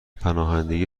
پناهندگی